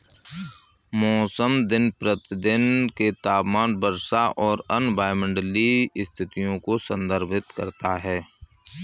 मौसम दिन प्रतिदिन के तापमान, वर्षा और अन्य वायुमंडलीय स्थितियों को संदर्भित करता है